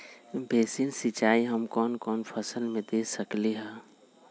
Basin सिंचाई हम कौन कौन फसल में दे सकली हां?